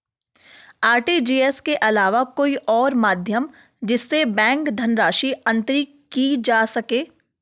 RTGS के अलावा कोई और माध्यम जिससे बैंक धनराशि अंतरित की जा सके?